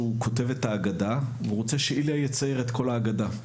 כותב את ההגדה והוא רוצה שאיליה יצייר את כל ההגדה.